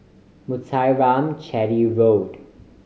Muthuraman Chetty Road